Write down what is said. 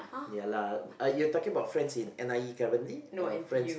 ya lah uh you talking about friends in N_I_E currently or friends